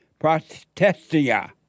Protestia